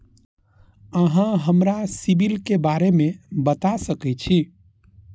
अहाँ हमरा सिबिल के बारे में बता सके छी?